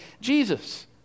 Jesus